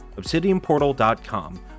obsidianportal.com